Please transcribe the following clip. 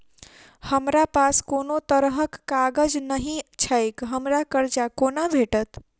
हमरा पास कोनो तरहक कागज नहि छैक हमरा कर्जा कोना भेटत?